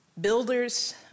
builders